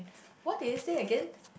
what did you say again